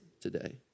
today